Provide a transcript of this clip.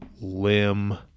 limb